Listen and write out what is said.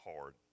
hard